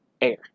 air